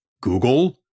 google